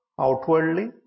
outwardly